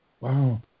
Wow